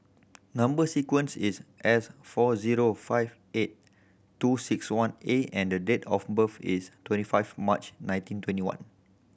number sequence is S four zero five eight two six one A and the the date of birth is twenty five March nineteen twenty one